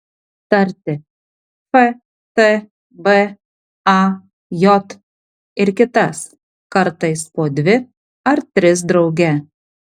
tarti f t b a j ir kitas kartais po dvi ar tris drauge